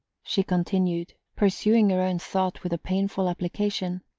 she continued, pursuing her own thought with a painful application,